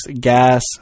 gas